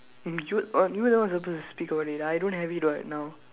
eh you oh you are the one who were supposed to speak about it I don't have it what now